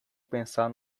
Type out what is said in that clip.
pensar